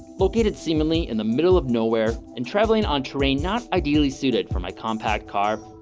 located seemingly in the middle of nowhere and travelling on terrain not ideally suited for my compact car.